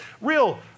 real